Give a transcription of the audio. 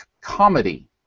comedy